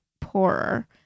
poorer